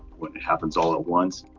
when it happens all at once,